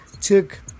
took